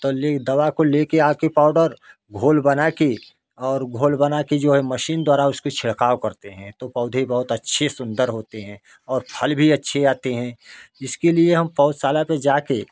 तो ले दवा को लेके आके पाउडर घोल बनाके और घोल बना के जो मशीन द्वारा उसकी छिड़काव करते है तो पौधे बहुत अच्छे सुन्दर होते है और फल भी अच्छे आते है इसके लिए हम पौधशाला पे जाके